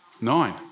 Nine